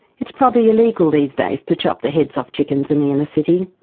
it's probably illegal these days to chop the heads off chickens in the inner-city.